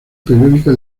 periódica